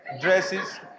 Dresses